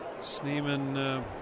Sneeman